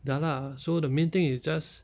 ya lah so the main thing is just